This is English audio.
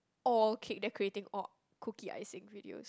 all cake decorating or cookie icing videos